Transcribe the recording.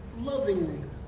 lovingly